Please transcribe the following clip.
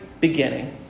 Beginning